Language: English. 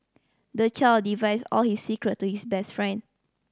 the child divulged all his secret to his best friend